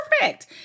perfect